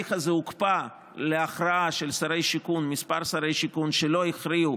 ההליך הזה הוקפא להכרעה של כמה שרי שיכון שלא הכריעו,